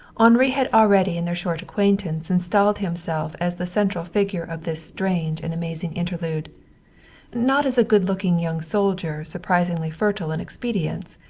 henri had already in their short acquaintance installed himself as the central figure of this strange and amazing interlude not as a good-looking young soldier surprisingly fertile in expedients,